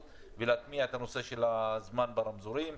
ולהטמיע את הנושא של הזמן ברמזורים.